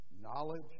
Knowledge